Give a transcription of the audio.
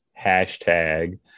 hashtag